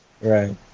Right